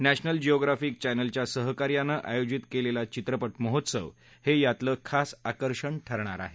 national Geographic चॅनेलच्या सहकार्यान आयोजित केलेला चित्रपट महोत्सव हे यातलं खास आकर्षण ठरणार आहे